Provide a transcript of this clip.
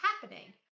happening